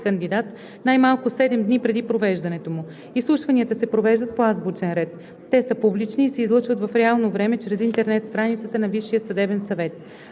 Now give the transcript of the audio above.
кандидат най-малко 7 дни преди провеждането му. Изслушванията се провеждат по азбучен ред. Те са публични и се излъчват в реално време чрез интернет страницата на Висшия съдебен съвет.